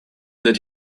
that